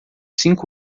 cinco